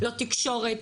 לא תקשורת,